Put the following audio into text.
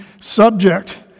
subject